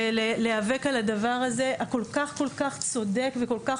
ולהיאבק על הדבר הזה הכול כך צודק וכל כך